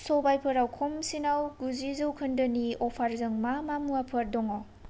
सबायफोराव खमसिनाव गुजि जौखोन्दोनि अफारजों मा मा मुवाफोर दङ